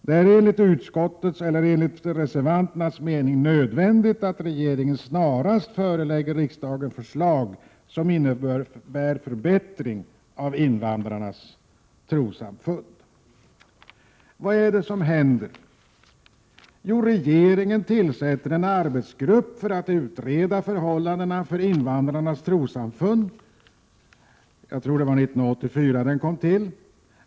Det är enligt utskottets mening nödvändigt att regeringen snarast förelägger riksdagen förslag som innebär förbättringar för invandrarnas trossamfund.” Vad är det som har hänt? Jo, regeringen har tillsatt en arbetsgrupp för utredning av förhållandena för invandrarnas trossamfund — jag tror att det var 1984.